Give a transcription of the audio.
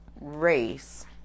race